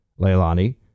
Leilani